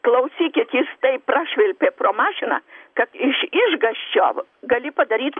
klausykit jis taip prašvilpė pro mašiną kad iš išgąsčio gali padaryt